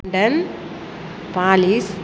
London polish